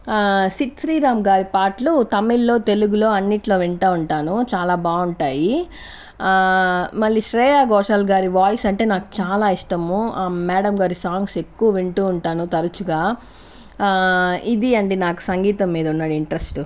సిద్ శ్రీ రామ్ గారి పాటలు తమిళ్లో తెలుగులో అన్నిట్లో వింటా ఉంటాను చాలా బాగుంటాయి మళ్ళి శ్రేయ ఘోషల్ గారి వాయిస్ అంటే నాకు చాలా ఇష్టము ఆ మ్యాడం గారి సాంగ్స్ ఎక్కువ వింటూ ఉంటాను తరచుగా ఇది అండి నాకు సంగీతం మీద ఉన్న ఇంట్రెస్ట్